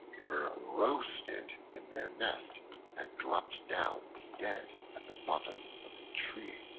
were roasted in their nest and dropped down dead at the bottom of the tree.